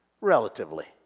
Relatively